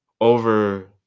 over